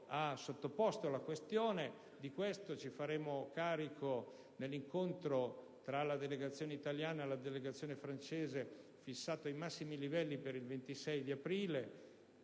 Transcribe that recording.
ha sottoposto la questione; di questo ci faremo carico nell'incontro tra la delegazione italiana e quella francese, fissato ai massimi livelli il 26 aprile